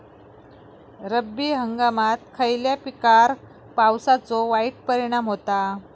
रब्बी हंगामात खयल्या पिकार पावसाचो वाईट परिणाम होता?